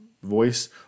Voice